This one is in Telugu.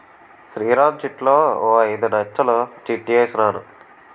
శ్రీరామ్ చిట్లో ఓ ఐదు నచ్చలు చిట్ ఏసాను